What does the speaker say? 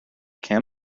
can